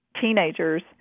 teenagers